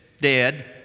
dead